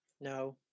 No